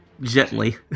gently